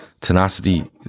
tenacity